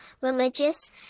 religious